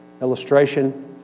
illustration